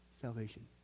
salvation